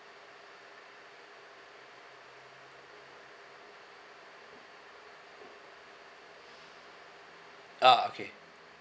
ah okay